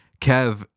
kev